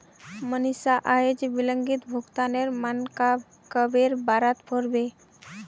मनीषा अयेज विलंबित भुगतानेर मनाक्केर बारेत पढ़बे